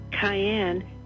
cayenne